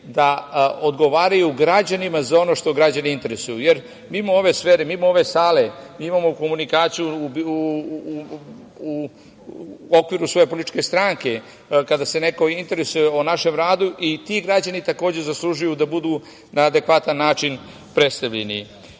da odgovaraju građanima za ono što građane interesuje, jer mimo ove sfere, mimo ove sale, mi imamo komunikaciju u okviru svoje političke stranke, kada se neko interesuje o našem radu i ti građani, takođe, zaslužuju da budu na adekvatan način predstavljeni. Jednom